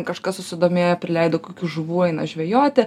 kažkas susidomėjo prileido kokių žuvų eina žvejoti